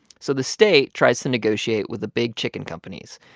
so the state tries to negotiate with the big chicken companies.